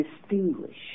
distinguish